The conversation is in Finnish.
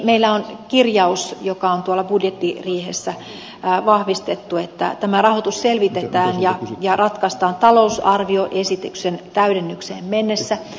meillä on kirjaus joka on tuolla budjettiriihessä vahvistettu että tämä rahoitus selvitetään ja ratkaistaan talousarvioesityksen täydennykseen mennessä